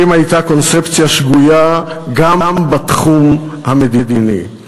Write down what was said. האם הייתה קונספציה שגויה גם בתחום המדיני?